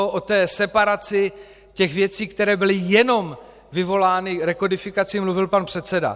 O té separaci těch věcí, které byly jenom vyvolány rekodifikací, mluvil pan předseda.